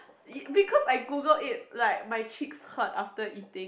it because I Google it like my cheeks hurt after eating